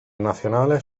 nacionales